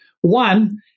One